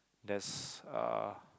there's uh